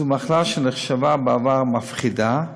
זו מחלה שנחשבה בעבר מפחידה,